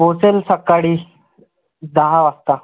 पोचेन सकाळी दहा वाजता